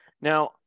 Now